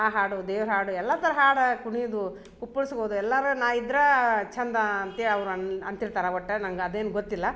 ಆ ಹಾಡು ದೇವ್ರ ಹಾಡು ಎಲ್ಲ ಥರ ಹಾಡು ಕುಣಿಯುವುದು ಕುಪ್ಪಳ್ಸೂದು ಎಲ್ಲಾರ ನಾ ಇದ್ರಾ ಚಂದಾ ಅಂತೆ ಅವ್ರ ಅನ್ ಅಂತಿರ್ತಾರ ಒಟ್ಟಾ ನಂಗೆ ಅದೇನು ಗೊತ್ತಿಲ್ಲ